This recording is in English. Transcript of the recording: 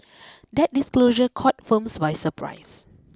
that disclosure caught firms by surprise